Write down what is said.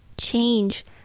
change